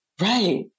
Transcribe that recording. Right